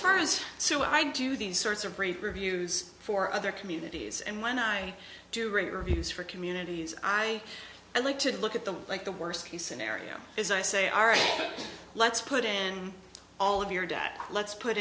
far as so i do these sorts of brief reviews for other communities and when i do reviews for communities i like to look at them like the worst case scenario is i say all right let's put in all of your data let's put